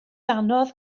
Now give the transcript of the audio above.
anodd